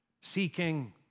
seeking